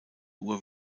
uhr